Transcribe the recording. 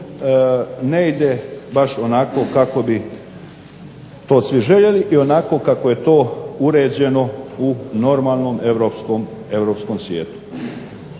ne ide onako kako bi to svi željeli i onako kako je to uređeno u normalnom europskom svijetu.